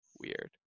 weird